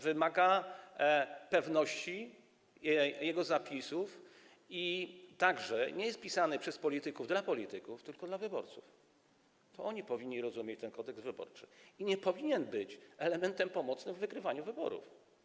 Wymagana jest pewność jego zapisów, nie jest on pisany przez polityków dla polityków, tylko dla wyborców - to oni powinni rozumieć Kodeks wyborczy - i nie powinien on być elementem pomocnym w wygrywaniu wyborów.